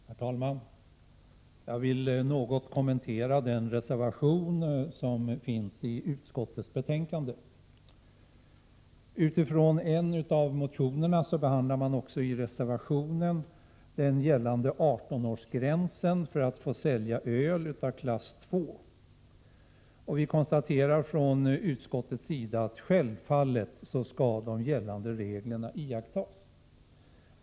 Herr talman! Jag vill något kommentera den reservation som finns i utskottets betänkande. På basis av en av motionerna behandlas i en reservation den gällande 18-årsgränsen vid försäljning av öl klass II. Utskottsmajoriteten konstaterar att de gällande reglerna självfallet skall iakttas.